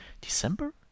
december